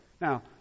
Now